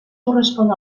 correspon